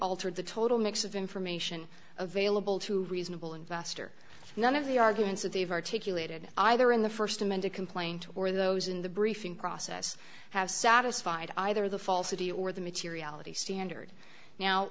altered the total mix of information available to reasonable investor none of the arguments that they've articulated either in the first amended complaint or those in the briefing process have satisfied either the falsity or the materiality standard now